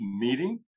meeting